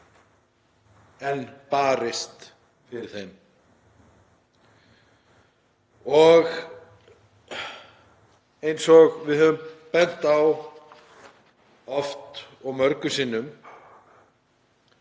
en barist fyrir þeim. Eins og við höfum bent á oft og mörgum sinnum